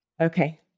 Okay